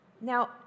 Now